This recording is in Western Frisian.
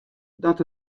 dat